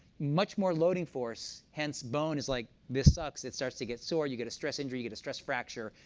much more loading force. hence bone is like, this sucks. it starts to get sore. you get a stress injury. you get a stress fracture,